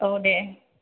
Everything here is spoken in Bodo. औ दे